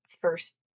first